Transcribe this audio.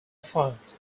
fight